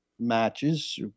matches